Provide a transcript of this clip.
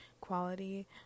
quality